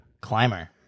Climber